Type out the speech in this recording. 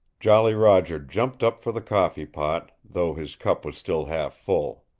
jolly roger jumped up for the coffee pot, though his cup was still half full.